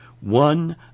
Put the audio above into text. one